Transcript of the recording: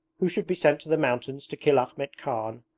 who should be sent to the mountains to kill ahmet khan?